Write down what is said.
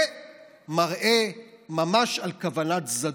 זה מראה ממש על כוונת זדון.